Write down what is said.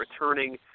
returning